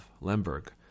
Lemberg